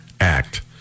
Act